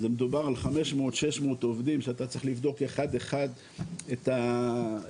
מדובר על 500-600 עובדים שאתה צריך לבדוק אחד אחד את ההפקדות,